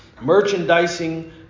merchandising